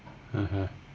(uh huh)